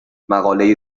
مقالهای